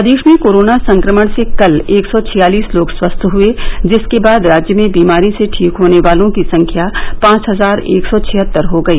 प्रदेश में कोरोना संक्रमण से कल एक सौ छियालीस लोग स्वस्थ हए जिसके बाद राज्य में बीमारी से ठीक होने वालों की संख्या पांच हजार एक सौ छिहत्तर हो गई